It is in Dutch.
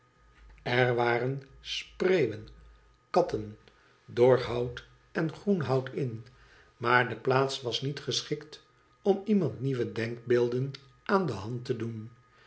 er waren spreeuwen katten dor hout en groen hout in maar de plaats was niet geschikt om iemand nieuwe denkbeelden aan de hand te doen